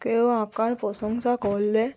কেউ আঁকার প্রশংসা করলে